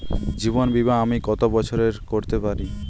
জীবন বীমা আমি কতো বছরের করতে পারি?